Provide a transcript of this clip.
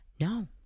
no